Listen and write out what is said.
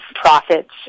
profits